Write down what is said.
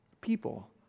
People